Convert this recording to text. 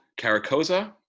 Caracosa